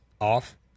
off